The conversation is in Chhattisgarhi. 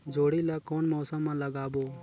जोणी ला कोन मौसम मा लगाबो?